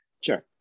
sure